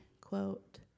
quote